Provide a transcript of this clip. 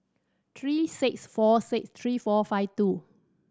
three six four six three four five two